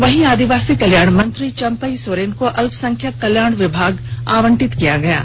वहीं आदिवासी कल्याण मंत्री चंपई सोरेन को अल्पसंख्यक कल्याण विभाग आवंटित किया गया है